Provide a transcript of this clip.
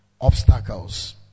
obstacles